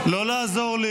לא לעזור לי.